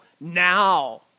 now